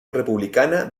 republicana